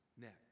next